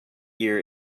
year